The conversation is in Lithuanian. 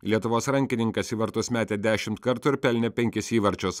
lietuvos rankininkas į vartus metė dešimt kartų ir pelnė penkis įvarčius